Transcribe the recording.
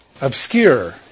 Obscure